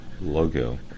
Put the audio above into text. logo